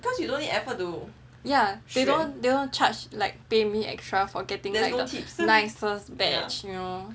yeah they don't don't charge like pay me extra for like getting the nicest batch you know